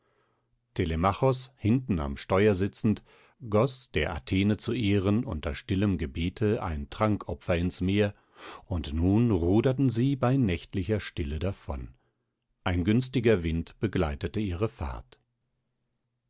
hinten am steuer sitzend goß der athene zu ehren unter stillem gebete ein trankopfer ins meer und nun ruderten sie bei nächtlicher stille davon ein günstiger wind begleitete ihre fahrt